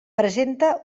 presenta